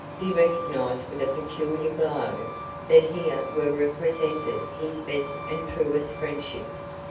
he recognized with a peculiar glow that here were represented his best and truest friendships.